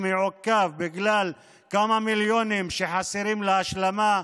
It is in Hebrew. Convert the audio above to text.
שמעוכב בגלל כמה מיליונים שחסרים להשלמה.